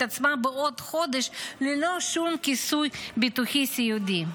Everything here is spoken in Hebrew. עצמם בעוד חודש ללא שום כיסוי ביטוחי סיעודי?